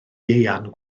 ieuan